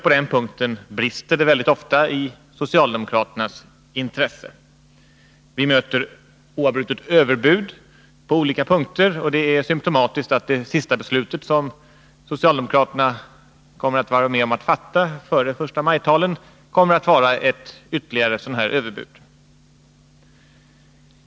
På denna punkt brister det mycket ofta i socialdemokraternas intresse. Vi möter oavbrutet socialdemokratiska överbud i olika sammanhang. Och det är symtomatiskt att det sista beslut som socialdemokraterna kommer att vara med om att fatta före förstamajtalen rör ytterligare ett överbud.